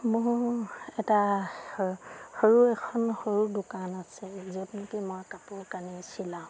মোৰ এটা সৰু এখন সৰু দোকান আছে য'ত নেকি মই কাপোৰ কানি চিলাওঁ